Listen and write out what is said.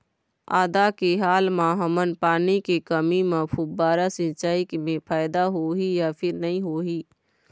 आदा मे हाल मा हमन पानी के कमी म फुब्बारा सिचाई मे फायदा होही या फिर नई होही?